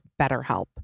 BetterHelp